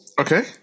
Okay